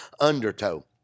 undertow